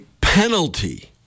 penalty